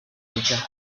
muchas